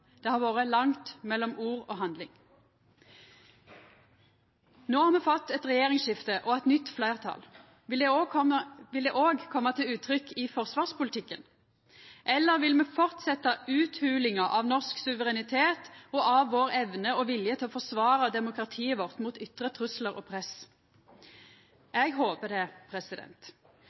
Det har vore langt mellom ord og handling. No har me fått eit regjeringsskifte og eit nytt fleirtal. Vil det òg koma til uttrykk i forsvarspolitikken, eller vil me fortsetja utholinga av norsk suverenitet og av vår evne og vilje til å forsvara demokratiet vårt mot ytre truslar og press? Eg håpar det